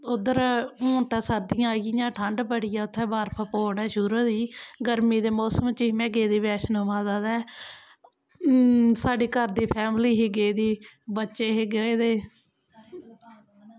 उद्धर हून ते सर्दियां आई गेइयां ठंड बड़ी ऐ उत्थें बर्फ पौना शुरू होई गेई ऐ गर्मी दे मोसम च ही में गेदी बैष्णो माता दे साढ़े घर दी फैमली ही गेदी बच्चे हे गेदे